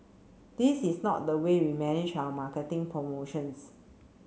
this is not the way we manage our marketing promotions